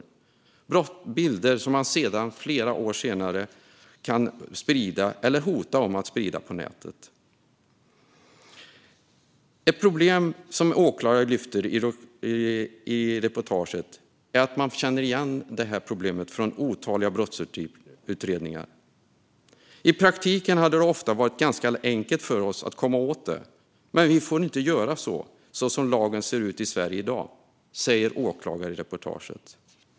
Det är bilder som han sedan flera år senare kan sprida eller hota att sprida på nätet. Ett problem som åklagare lyfter fram i reportaget är att de känner igen det här från otaliga brottsutredningar. I praktiken hade det ofta varit ganska enkelt för oss att komma åt det, men vi får inte göra så som lagen ser ut i Sverige i dag, säger åklagare i reportaget.